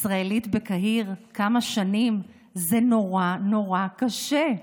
ישראלית בקהיר, כמה שנים, זה נורא נורא קשה.